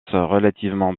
relativement